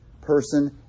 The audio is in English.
Person